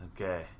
Okay